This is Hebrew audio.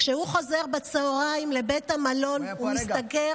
כשהוא חוזר בצוהריים לבית המלון, הוא מסתגר